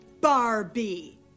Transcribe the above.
Barbie